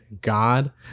God